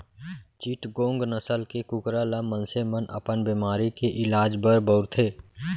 चिटगोंग नसल के कुकरा ल मनसे मन अपन बेमारी के इलाज बर बउरथे